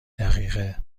دقیقه